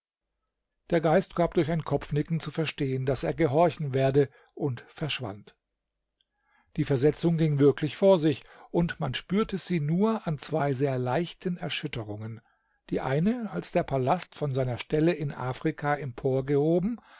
der geist gab durch ein kopfnicken zu verstehen daß er gehorchen werde und verschwand die versetzung ging wirklich vor sich und man spürte sie nur an zwei sehr leichten erschütterungen die eine als der palast von seiner stelle in afrika